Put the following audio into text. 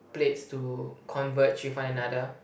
plates to converge with one another